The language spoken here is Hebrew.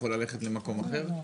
יכול ללכת למקום אחר?